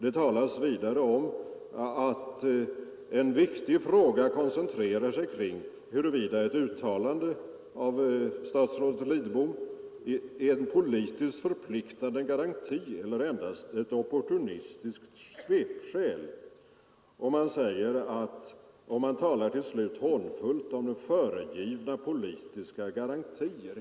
Det heter vidare i motionen: ”En viktig fråga koncentrerar sig kring huruvida detta uttalande i en föredragning är en politiskt förpliktande garanti eller endast ett opportunistiskt svepskäl.” Motionärerna talar till slut hånfullt om föregivna politiska garantier.